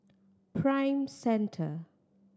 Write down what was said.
Prime Centre